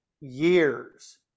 years